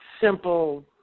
simple